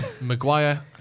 Maguire